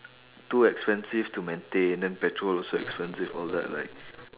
too expensive to maintain then petrol also expensive all that like